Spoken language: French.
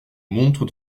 montre